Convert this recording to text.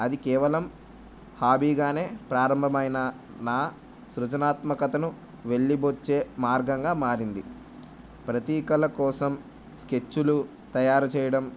అది కేవలం హాబీగానే ప్రారంభమైనా నా సృజనాత్మకతను వెళ్ళిబోచ్చె మార్గంగా మారింది ప్రతీకల కోసం స్కెచ్చులు తయారు చేయడం